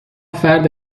فرد